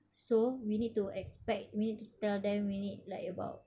so we need to expect we need to tell them we need like about